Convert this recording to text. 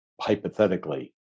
hypothetically